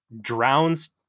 drowns